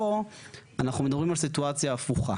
פה אנחנו מדברים על סיטואציה הפוכה